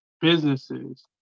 businesses